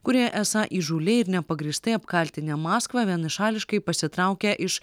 kurie esą įžūliai ir nepagrįstai apkaltinę maskvą vienašališkai pasitraukė iš